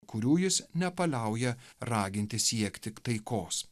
kurių jis nepaliauja raginti siekti taikos